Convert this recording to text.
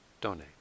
donate